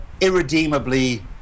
irredeemably